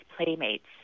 playmates